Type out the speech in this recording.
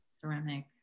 ceramic